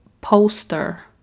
poster